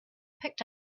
picked